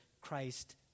Christ